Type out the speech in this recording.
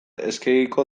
eskegiko